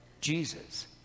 Jesus